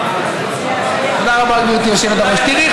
תראי,